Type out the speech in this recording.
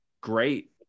great